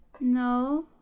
No